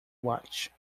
watch